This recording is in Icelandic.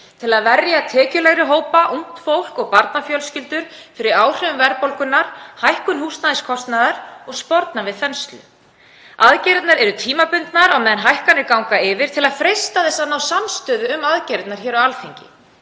til að verja tekjulægri hópa, ungt fólk og barnafjölskyldur fyrir áhrifum verðbólgunnar, hækkunar húsnæðiskostnaðar og sporna við þenslu. Aðgerðirnar eru tímabundnar á meðan hækkanir ganga yfir til að freista þess að ná samstöðu um aðgerðirnar hér á Alþingi.